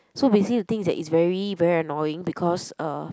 so basically the thing is that is very very annoying because uh